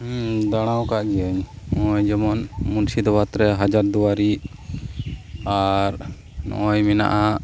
ᱫᱟᱲᱟ ᱟᱠᱟᱫ ᱜᱮᱭᱟᱹᱧ ᱱᱚᱜ ᱚᱭ ᱡᱮᱢᱚᱱ ᱢᱩᱨᱥᱤᱫᱟᱵᱟᱫᱽ ᱨᱮ ᱦᱟᱡᱟᱨ ᱫᱩᱣᱟᱨᱤ ᱟᱨ ᱱᱚᱜ ᱚᱭ ᱢᱮᱱᱟᱜᱼᱟ